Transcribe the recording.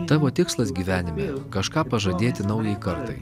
tavo tikslas gyvenime kažką pažadėti naujai kartai